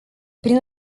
prin